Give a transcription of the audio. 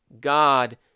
god